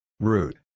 Root